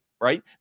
Right